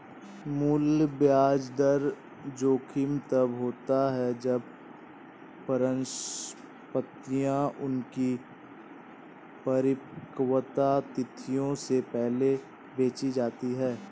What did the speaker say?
मूल्य ब्याज दर जोखिम तब होता है जब परिसंपतियाँ उनकी परिपक्वता तिथियों से पहले बेची जाती है